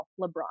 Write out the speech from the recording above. LeBron